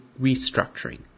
restructuring